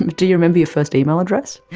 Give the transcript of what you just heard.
do you remember your first email address?